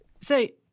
Say